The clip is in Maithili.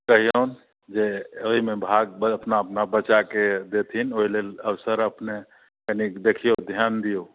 कहिऔन जे एहिमे भाग अपना अपना बच्चाके देथिन ओहिलेल अवसर अपने कनिक देखियौ ध्यान दियौ